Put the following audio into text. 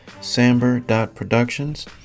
samber.productions